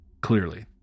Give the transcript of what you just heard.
clearly